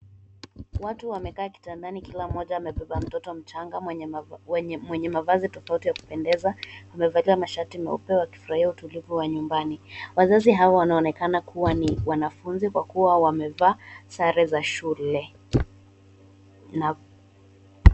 Watu wameketi kitandani. Kila mmoja amebeba mtoto mchanga mwenye mavazi tofauti ya kupendeza. Wamevalia mashati meupe wakifurahia utulivu wa nyumbani. Wazazi hawa wanaonekana kuwa ni wanafunzi kwa kuwa wamevaa sare za shule.